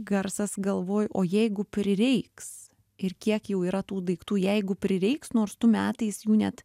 garsas galvoj o jeigu prireiks ir kiek jau yra tų daiktų jeigu prireiks nors tu metais jų net